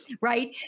right